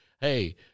Hey